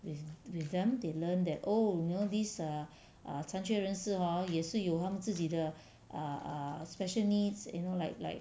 with with them they learnt that oh you know these err err 残缺人士 hor 也是有他们自己的 err err special needs you know like like